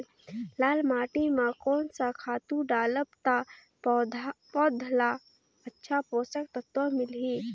लाल माटी मां कोन सा खातु डालब ता पौध ला अच्छा पोषक तत्व मिलही?